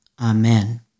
Amen